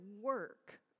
work